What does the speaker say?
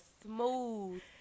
smooth